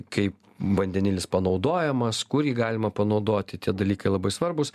kaip vandenilis panaudojamas kur jį galima panaudoti tie dalykai labai svarbūs